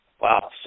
Wow